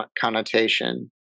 connotation